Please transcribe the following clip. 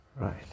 Right